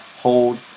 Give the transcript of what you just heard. hold